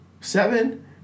seven